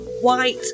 white